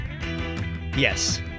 yes